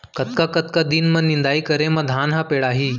कतका कतका दिन म निदाई करे म धान ह पेड़ाही?